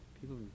people